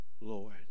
Lord